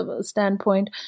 standpoint